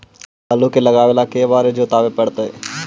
आलू के लगाने ल के बारे जोताबे पड़तै?